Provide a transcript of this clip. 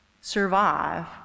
survive